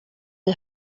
for